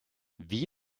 wie